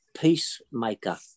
peacemaker